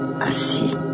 assis